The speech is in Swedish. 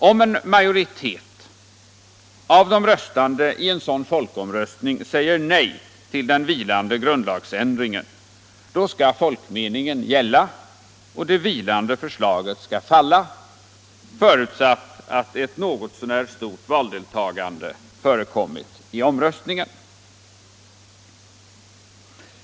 Om en majoritet i en sådan folkomröstning då säger nej till den vilande grundlagsändringen skall folkmeningen gälla och det vilande förslaget skall falla förutsatt att ett något så när stort valdeltagande förekommit i omröstningen.